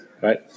right